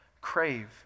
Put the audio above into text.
crave